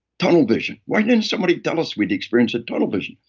tunnel vision. why didn't somebody tell us we'd experience a tunnel vision?